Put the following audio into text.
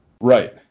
Right